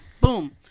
boom